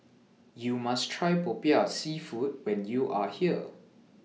YOU must Try Popiah Seafood when YOU Are here